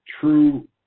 true